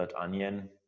.onion